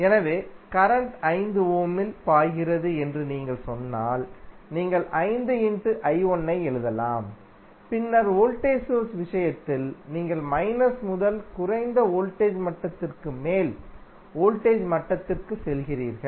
எனவே கரண்ட் 5 ஓமில் பாய்கிறது என்று நீங்கள் சொன்னால் நீங்கள் ஐ எழுதலாம் பின்னர் வோல்டேஜ் சோர்ஸ் விஷயத்தில் நீங்கள் மைனஸ் முதல் குறைந்த வோல்டேஜ் மட்டத்திற்கு மேல் வோல்டேஜ் மட்டத்திற்கு செல்கிறீர்கள்